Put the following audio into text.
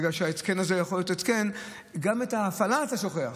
בגלל שגם את ההפעלה אתה שוכח.